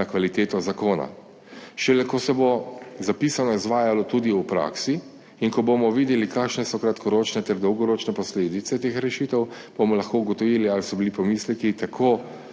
na kvaliteto zakona. Šele ko se bo zapisano izvajalo tudi v praksi, in ko bomo videli kakšne so kratkoročne ter dolgoročne posledice teh rešitev, bomo lahko ugotovili, ali so bili pomisleki tako